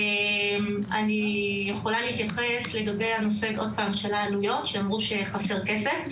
אני יכולה להתייחס לנושא העלויות, שאמרו שחסר כסף.